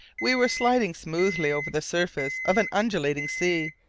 we were sliding smoothly over the surface of an undulating sea.